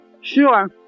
sure